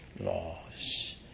laws